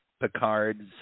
Picard's